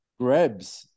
Grebs